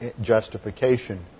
justification